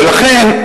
ולכן,